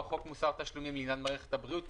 חוק מוסר תשלומים לעניין מערכת הבריאות,